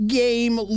game